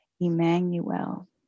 Emmanuel